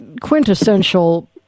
quintessential